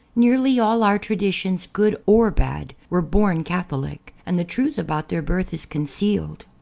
nearly all our traditions, good or bad, were born catholic, and the truth about their birth is concealed.